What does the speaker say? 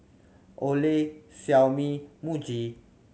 Olay Xiaomi Muji